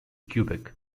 quebec